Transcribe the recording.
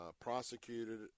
prosecuted